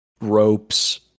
ropes